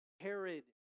Herod